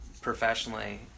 professionally